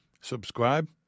subscribe